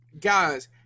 guys